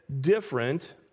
different